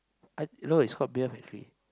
I no it's called beer factor